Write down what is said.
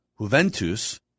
Juventus